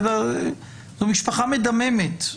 הרבה פעמים זו משפחה מדממת.